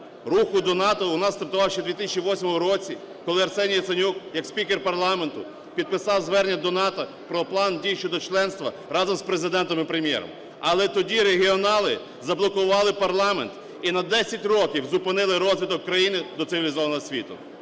Рух до НАТО у нас стартував ще в 2008 році, коли Арсеній Яценюк як спікер парламенту підписав звернення до НАТО про план дій щодо членства разом з Президентом і Прем’єром. Але тоді регіонали заблокували парламент і на десять років зупинили розвиток країни до цивілізованого світу.